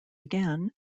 again